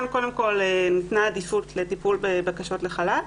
ניתנה עדיפות לטיפול בבקשות לחל"ת